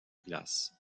glace